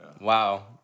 Wow